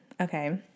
okay